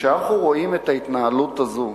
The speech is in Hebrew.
שכשאנחנו רואים את ההתנהלות הזאת,